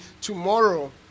tomorrow